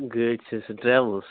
گٲڑۍ چھِ سُہ ڈرٛیوس